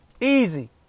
easy